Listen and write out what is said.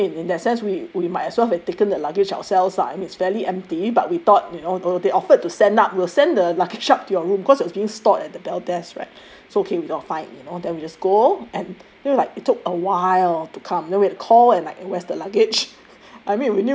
so I mean in that sense we we might as well have taken the luggage ourselves lah I mean it's fairly empty but we thought you know uh they offered to send up we'll send the luggage up to your room cause it's being stored at the bell desk right so okay you know fine you know then we just go and you know like it took awhile to come then we had to call and like eh where's the luggage